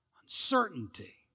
Uncertainty